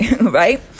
right